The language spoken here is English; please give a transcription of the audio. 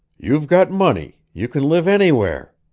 you've got money you can live anywhere!